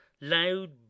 Loud